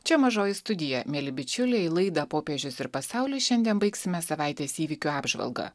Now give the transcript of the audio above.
čia mažoji studija mieli bičiuliai laidą popiežius ir pasaulis šiandien baigsime savaitės įvykių apžvalga